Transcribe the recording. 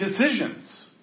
decisions